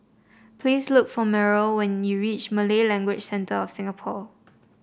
please look for Meryl when you reach Malay Language Centre of Singapore